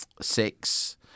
Six